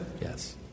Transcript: yes